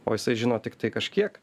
o jisai žino tiktai kažkiek